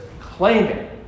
claiming